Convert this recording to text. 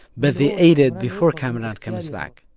but they ate it before kamaran comes back.